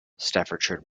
staffordshire